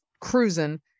cruising